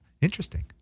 Interesting